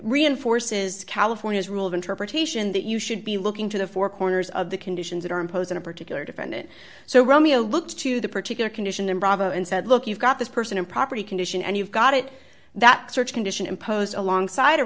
reinforces california's rule of interpretation that you should be looking to the four corners of the conditions that are imposed on a particular defendant so romy a look to the particular condition and bravo and said look you've got this person and property condition and you've got it that search condition imposed alongside a